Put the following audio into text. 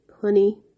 Honey